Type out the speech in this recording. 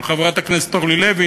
של חברת הכנסת אורלי לוי,